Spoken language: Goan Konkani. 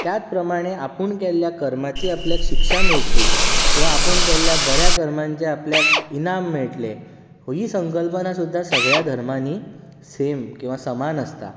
त्याच प्रमाणे आपूण केल्ल्या कर्माची आपल्याक शिक्षा मेळटली किंवा आपूण केल्ल्या बऱ्या कर्मांचें आपल्याक इनाम मेळटलें ही संकल्पना सुद्धा सगळ्या धर्मांनी सेम किंवा समान आसता